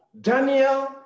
Daniel